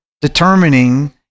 determining